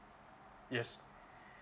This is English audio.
yes